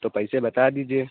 تو پیسے بتا دیجیے